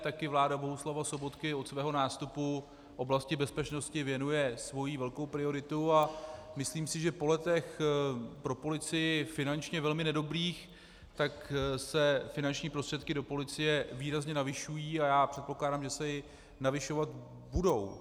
Také vláda Bohuslava Sobotky od svého nástupu oblasti bezpečnosti věnuje svoji velkou prioritu a myslím si, že po letech pro policii finančně velmi nedobrých se finanční prostředky do policie výrazně navyšují, a předpokládám, že se i navyšovat budou.